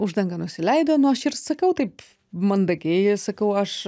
uždanga nusileido nu aš ir sakau taip mandagiai sakau aš